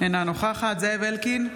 אינה נוכחת זאב אלקין,